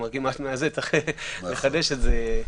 צריך לחדש את זה.